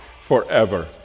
forever